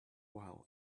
while